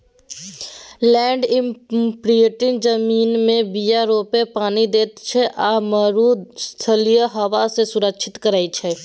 land imprinter जमीनमे बीया रोपि पानि दैत छै आ मरुस्थलीय हबा सँ रक्षा करै छै